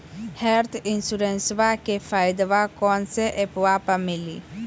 Health इंश्योरेंसबा के फायदावा कौन से ऐपवा पे मिली?